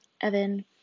Evan